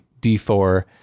d4